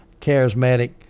charismatic